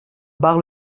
bar